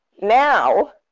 now